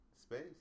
Space